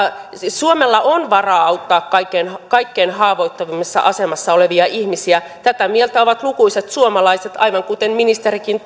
suomella on varaa auttaa kaikkein haavoittuvimmassa asemassa olevia ihmisiä tätä mieltä ovat lukuisat suomalaiset aivan kuten ministerikin